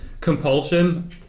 Compulsion